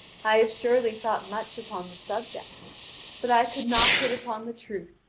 i have surely thought much upon the subject but i could not hit upon the truth,